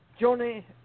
Johnny